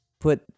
put